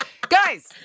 Guys